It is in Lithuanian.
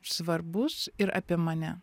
svarbus ir apie mane